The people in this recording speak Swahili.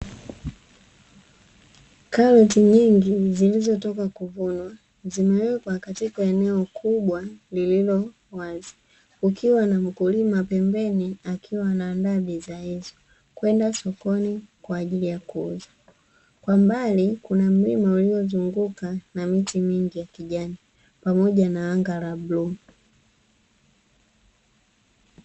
Karoti nyingi zilizotoka kuvunwa, zimewekwa katika eneo kubwa lililo wazi. Kukiwa na mkulima pembeni akiwa anaandaa bidhaa hizo kwenda sokoni kwa ajili ya kuuzwa, kwa mbali kuna mlima uliozungukwa na miti mingi ya kijani pamoja na anga la bluu.